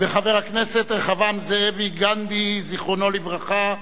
וחבר הכנסת רחבעם זאבי, גנדי, זיכרונו לברכה,